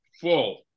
full